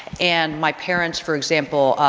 and my parents, for example,